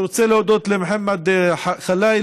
אני רוצה להודות למוחמד ח'לאילה,